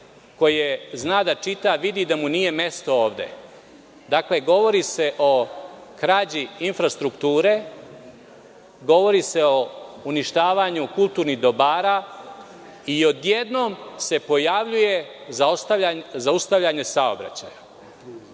koje zna da čita vidi da mu nije mesto ovde. Govori se o krađi infrastrukture, govori se o uništavanju kulturnih dobara i odjednom se pojavljuje – zaustavljanje saobraćaja